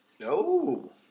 No